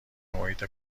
محیط